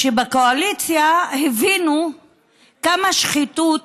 שבקואליציה הבינו כמה שחיתות